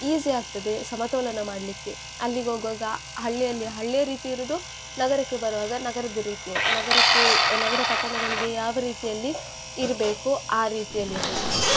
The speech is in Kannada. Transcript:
ಈಝಿ ಆಗ್ತದೆ ಸಮತೋಲನ ಮಾಡಲಿಕ್ಕೆ ಅಲ್ಲಿಗೋಗುವಾಗ ಹಳ್ಳಿಯಲ್ಲಿ ಹಳ್ಳಿಯ ರೀತಿ ಇರೋದು ನಗರಕ್ಕೆ ಬರುವಾಗ ನಗರದ ರೀತಿಯಲ್ಲಿ ನಗರಕ್ಕೆ ನಗರ ಪಟ್ಟಣಗಳಿಗೆ ಯಾವ ರೀತಿಯಲ್ಲಿ ಇರಬೇಕು ಆ ರೀತಿಯಲ್ಲಿರೋದು